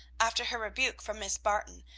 after her rebuke from miss barton,